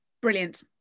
brilliant